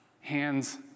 hands